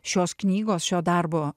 šios knygos šio darbo